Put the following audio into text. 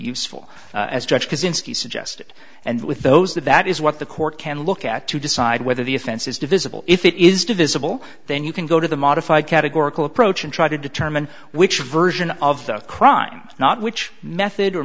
suggested and with those that that is what the court can look at to decide whether the offense is divisible if it is divisible then you can go to the modified categorical approach and try to determine which version of the crime not which method or